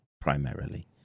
primarily